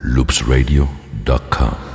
loopsradio.com